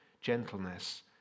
gentleness